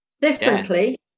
differently